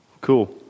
Cool